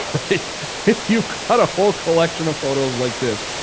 if you got a whole collection of photos like this,